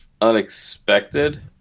unexpected